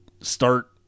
start